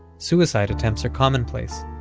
suicide attempts are commonplace.